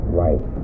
right